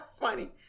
funny